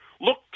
Look